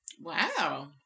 Wow